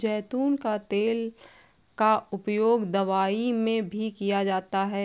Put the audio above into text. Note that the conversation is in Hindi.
ज़ैतून का तेल का उपयोग दवाई में भी किया जाता है